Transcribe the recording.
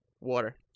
Water